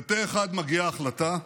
ופה אחד מגיעה החלטה: